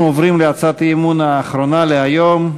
אנחנו עוברים להצעת האי-אמון האחרונה להיום: